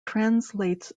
translates